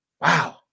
Wow